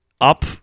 up